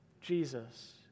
Jesus